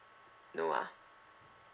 no ah